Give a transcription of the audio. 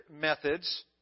methods